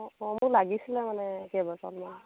অঁ অঁ মোৰ লাগিছিলে মানে কেইবটলমান